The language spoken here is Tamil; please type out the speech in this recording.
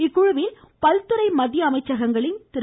இக்குழுவில் பல்துறை மத்திய அமைச்சகங்களின் திரு